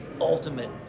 ultimate